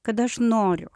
kad aš noriu